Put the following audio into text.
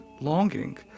longing